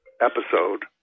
episode